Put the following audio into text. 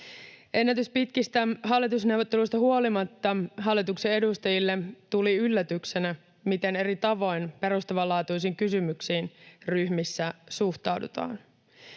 Ennätyspitkistä hallitusneuvotteluista huolimatta hallituksen edustajille tuli yllätyksenä, miten eri tavoin perustavanlaatuisiin kysymyksiin ryhmissä suhtaudutaan.